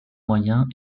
moyens